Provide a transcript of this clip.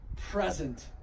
present